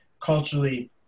culturally